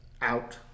out